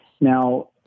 Now